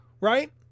right